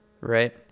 Right